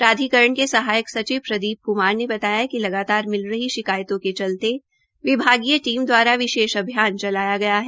प्राधिकरण के सहायक सचिव प्रदीप कुमार ने बताया कि लगातार मिल रही शिकायतों के चलते विभागीय टीम दवारा विशेष अभियान चलाया गया है